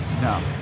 No